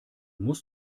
muss